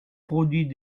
produits